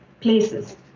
places